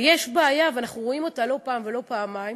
ויש בעיה, ואנחנו רואים אותה לא פעם ולא פעמיים,